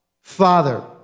Father